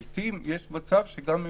לעתים יש מצב שגם אם